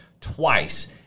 twice